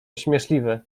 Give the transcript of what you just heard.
śmieszliwe